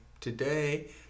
today